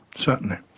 certainly.